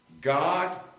God